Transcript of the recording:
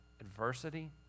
adversity